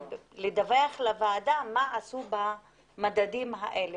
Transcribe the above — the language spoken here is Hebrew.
לדווח לוועדה מה הם עשו במדדים האלה